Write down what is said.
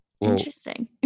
interesting